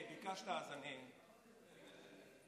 אחריו,